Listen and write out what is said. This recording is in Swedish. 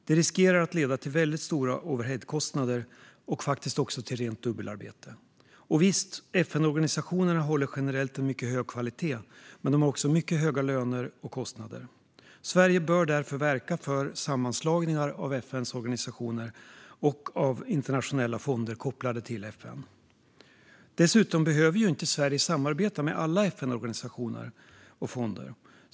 Det riskerar att leda till väldigt höga overheadkostnader och faktiskt också till rent dubbelarbete. Visst, FN-organisationerna håller generellt mycket hög kvalitet, men de har också mycket höga löner och kostnader. Sverige bör därför verka för sammanslagningar av FN-organisationer och av internationella fonder kopplade till FN. Dessutom behöver inte Sverige samarbeta med alla FN-organisationer och fonder.